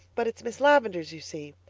but it's miss lavendar's, you see.